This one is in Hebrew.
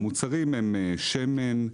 המוצרים הם שמן,